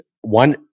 one